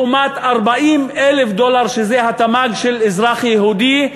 לעומת 40,000 דולר שזה התמ"ג של אזרח יהודי.